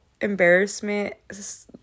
embarrassment